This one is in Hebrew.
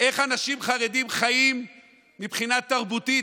איך אנשים חרדים חיים מבחינה תרבותית,